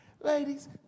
Ladies